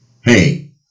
Hey